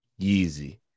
Yeezy